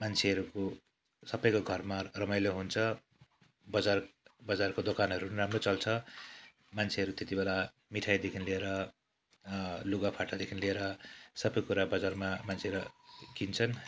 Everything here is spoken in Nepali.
मान्छेहरूको सबैको घरमा रमाइलो हुन्छ बजार बजारको दोकानहरू पनि राम्रो चल्छ मान्छेहरू त्यति बेला मिठाईदेखि लिएर अँ लुगाफाटादेखि लिएर सबै कुरा बजारमा मान्छेले किन्छन्